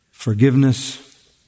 forgiveness